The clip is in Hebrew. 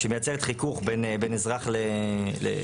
שמייצרת חיכוך בין אזרח לשוטר,